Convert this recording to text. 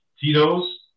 Tito's